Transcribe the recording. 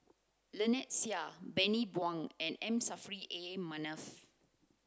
Lynnette Seah Bani Buang and M Saffri A Manaf